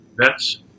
vets